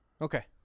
Okay